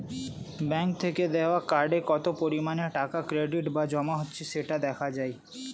bank থেকে দেওয়া কার্ডে কত পরিমাণে টাকা ক্রেডিট বা জমা হচ্ছে সেটা দেখা যায়